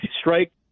Strike